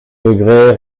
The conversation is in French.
degrés